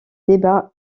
débat